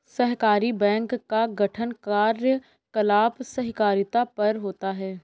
सहकारी बैंक का गठन कार्यकलाप सहकारिता पर होता है